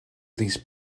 these